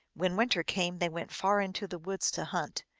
when winter came they went far into the woods to hunt.